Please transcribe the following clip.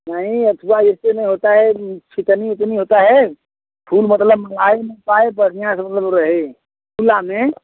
नहीं अथवा इसी में होता है फितनी उतनी होता है फूल मतलब मंगाए नहीं पाए बढ़िया से मतलब रहे फूल में